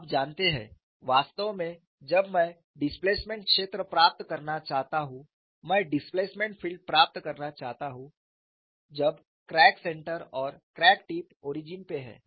आप जानते हैं वास्तव में जब मैं डिस्प्लेसमेंट क्षेत्र प्राप्त करना चाहता हूं मैं डिस्प्लेसमेंट फील्ड प्राप्त करना चाहता हु जब क्रैक सेंटर और क्रैक टिप ओरिजिन पे है